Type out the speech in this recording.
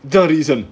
the reason